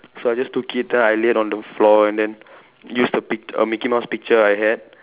so I just took it then I laid on the floor and then use the pic uh mickey mouse picture I had